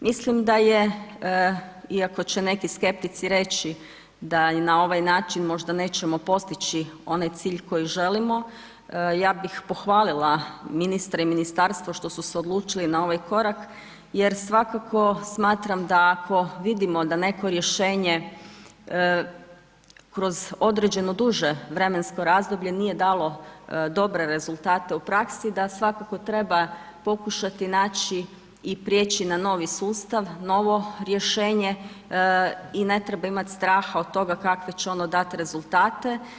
Mislim da je iako će neki skeptici reći, da na ovaj način možda nećemo postići onaj cilj koji želimo, ja bih pohvalila ministra i ministarstvo što su se odlučili na ovaj korak, jer svakako smatram da ako vidimo da neko rješenje, kroz određeno duže vremensko razdoblje nije dalo dobre rezultate u praksi, da svakako treba pokušati naći i prijeći na novi sustav, novo rješenje i ne treba imati straha od toga kakve će ono dati rezultate.